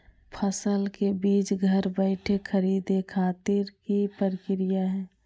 फसल के बीज घर बैठे खरीदे खातिर की प्रक्रिया हय?